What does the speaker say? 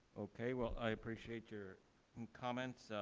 okay. well, i appreciate your comments.